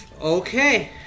Okay